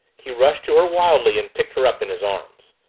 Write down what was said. he rushed to her wildly and picked her up in his arms.